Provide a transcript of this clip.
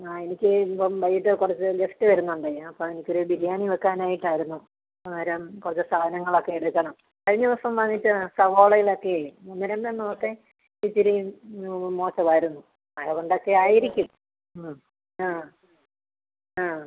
ആ എനിക്ക് ഇപ്പം വൈകീട്ട് കുറച്ച് ഗസ്റ്റ് വരുന്നുണ്ടെ ഞാൻ അപ്പോൾ എനിക്ക് ഒരു ബിരിയാണി വെക്കാനായിട്ട് ആയിരുന്നു അന്നേരം കുറച്ച് സാധനങ്ങളൊക്കെ എടുക്കണം കഴിഞ്ഞ ദിവസം വാങ്ങിച്ച സവോളയിലൊക്കേയ് ഒന്ന് രണ്ടെണ്ണം ഒക്കെ ഇച്ചിരി മോശമായിരുന്നു മഴ കൊണ്ടൊക്കെ ആയിരിക്കും ആ ആ ആ